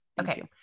Okay